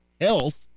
health